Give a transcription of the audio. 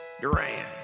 Duran